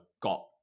got